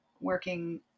working